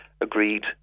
agreed